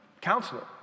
counselor